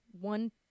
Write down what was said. one